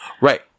Right